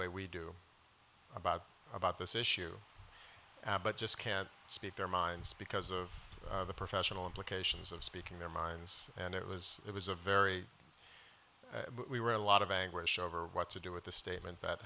way we do about about this issue but just can't speak their minds because of the professional implications of speaking their minds and it was it was a very we were a lot of anguish over what to do with the statement that